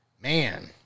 man